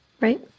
Right